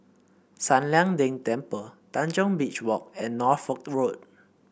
San Lian Deng Temple Tanjong Beach Walk and Norfolk Road